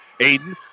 Aiden